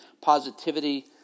positivity